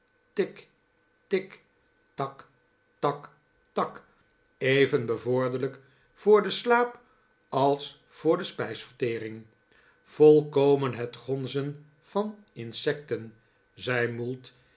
tik tak tak tak even bevorderlijk voor den slaap als voor de spijsvertering volkomen het gonzen van insecten zei mould